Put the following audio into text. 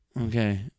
okay